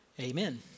Amen